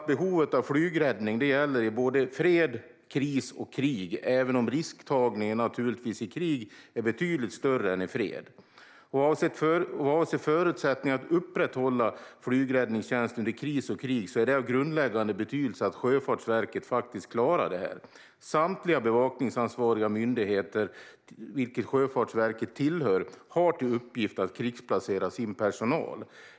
Behovet av flygräddning gäller såväl i fred som i kris och krig, även om risktagningen i krig naturligtvis är betydligt större än i fred. Vad avser förutsättningen att upprätthålla flygräddningstjänsten vid kris och krig är det av grundläggande betydelse att Sjöfartsverket faktiskt klarar detta. Samtliga bevakningsansvariga myndigheter, dit Sjöfartsverket hör, har till uppgift att krigsplacera sin personal.